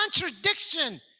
contradiction